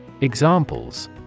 Examples